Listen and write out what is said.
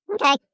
Okay